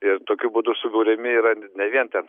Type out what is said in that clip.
ir tokiu būdu subūriami yra ne vien ten